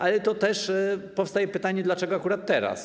Ale też powstaje pytanie: Dlaczego akurat teraz?